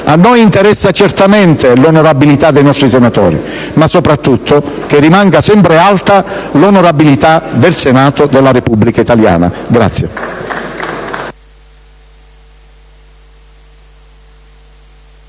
A noi interessa, certamente, l'onorabilità dei nostri senatori, ma soprattutto che rimanga sempre alta l'onorabilità del Senato della Repubblica italiana.